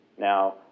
Now